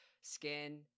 skin